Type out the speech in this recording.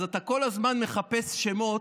אז אתה כל הזמן מחפש שמות,